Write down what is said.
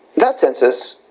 that census,